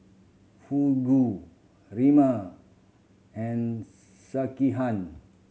Fugu Ramen and Sekihan